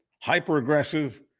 hyper-aggressive